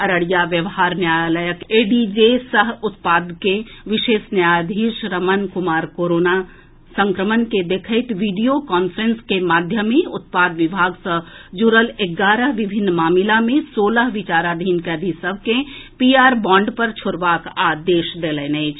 अररिया व्यवहार न्यायालयक एडीजे सह उत्पाद कें विशेष न्यायाधीश रमण कुमार कोरोना संक्रमण के देखैत वीडियो कांफ्रेंस कें माध्यमे उत्पाद विभाग सॅ जुड़ल एगारह विभिन्न मामिला मे सोलह विचाराधीन कैदी सभ के पीआर बांड पर छोड़बाक आदेश देलनि अछि